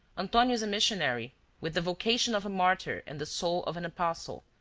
antonio is a missionary with the vocation of a martyr and the soul of an apostle,